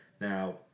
Now